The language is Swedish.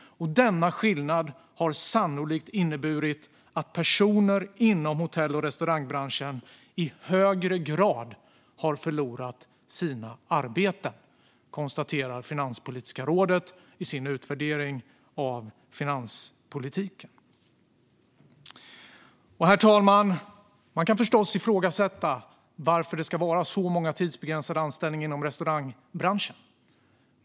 Denna skillnad har sannolikt inneburit att personer inom hotell och restaurangbranschen i högre grad har förlorat sina arbeten." Herr talman! Man kan förstås ifrågasätta varför det ska vara så många tidsbegränsade anställningar inom restaurangbranschen.